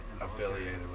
affiliated